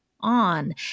on